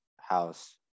house